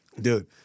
Dude